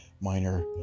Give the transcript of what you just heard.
minor